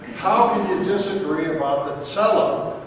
how can you disagree about the tselem.